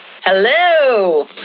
Hello